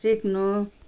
सिक्नु